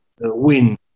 win